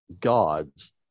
gods